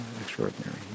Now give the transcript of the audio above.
extraordinary